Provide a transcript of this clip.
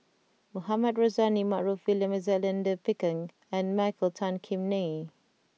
Mohamed Rozani Maarof William Alexander Pickering and Michael Tan Kim Nei